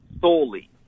solely